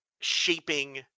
shaping